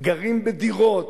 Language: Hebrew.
גרים בדירות.